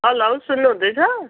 hello सुन्नुहुँदैछ